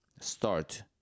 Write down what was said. start